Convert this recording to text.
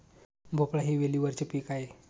भोपळा हे वेलीवरचे पीक आहे